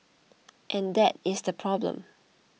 and that is the problem